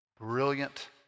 brilliant